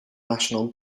national